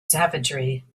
savagery